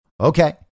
okay